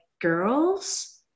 girls